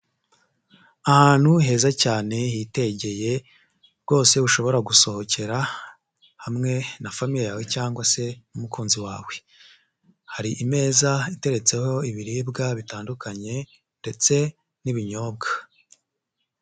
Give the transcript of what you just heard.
Ahantu heza cyane hitegeye rwose ushobora gusohokera hamwe na famiye yawe cyangwa se n'umukunzi wawe, hari imeza iteretseho ibiribwa bitandukanye ndetse n'ibinyobwa.